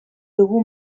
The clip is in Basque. dugu